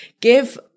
give